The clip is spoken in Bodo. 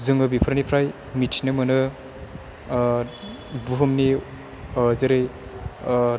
जोङो बेफोरनिफ्राय मिथिनो मोनो बुहुमनि जेरै